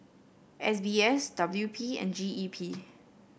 S B S W P and G E P